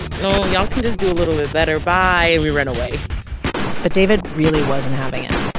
know, y'all can just do a little bit better. bye. and we ran away but david really wasn't having it.